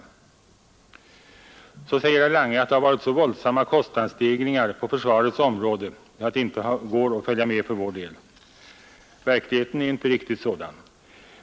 Vidare säger herr Lange att kostnadsstegringarna på försvarets område varit så våldsamma att det inte längre går att fortsätta på den linjen. Verkligheten är inte riktigt sådan.